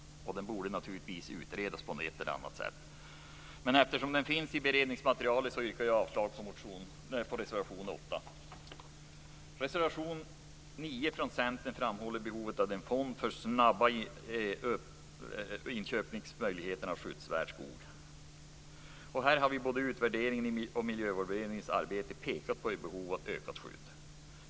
Den borde naturligtvis utredas på ett eller annat sätt. Men eftersom den finns i beredningsmaterialet yrkar jag avslag på reservation 8. Reservation 9 från Centern framhåller behovet av en fond för att ge möjligheter till snabba inköp av skyddsvärd skog. Här har man i utvärderingen och Miljövårdsberedningens arbete pekat på ett behov av ökat skydd.